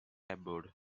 abroad